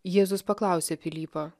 jėzus paklausė pilypo